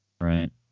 Right